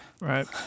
Right